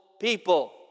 people